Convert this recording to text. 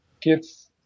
Kids